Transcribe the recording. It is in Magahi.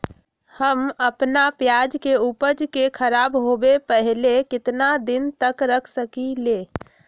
हम अपना प्याज के ऊपज के खराब होबे पहले कितना दिन तक रख सकीं ले?